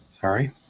Sorry